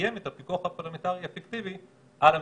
ותקיים את הפיקוח הפרלמנטרי האפקטיבי על הממשלה.